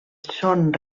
son